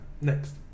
next